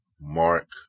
Mark